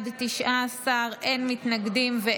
אין.